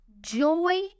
joy